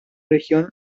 región